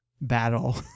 battle